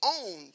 own